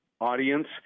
audience